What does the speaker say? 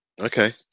Okay